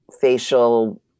facial